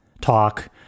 talk